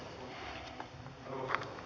puhemies